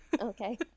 Okay